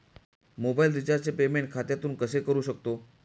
Mobile रिचार्जचे payment खात्यातून कसे करू शकतो?